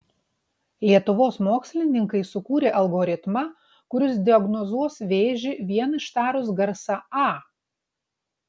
lietuvos mokslininkai sukūrė algoritmą kuris diagnozuos vėžį vien ištarus garsą a